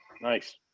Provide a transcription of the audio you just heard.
Nice